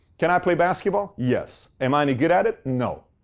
can i play basketball? yes. am i any good at it? no.